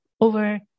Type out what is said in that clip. over